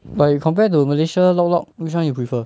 but you compare to malaysia lok lok which [one] you prefer